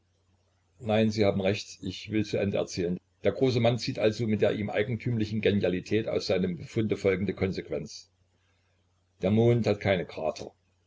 nein sie haben recht ich will zu ende erzählen der große mann zieht also mit der ihm eigentümlichen genialität aus seinem befunde folgende konsequenz der mond hat keine krater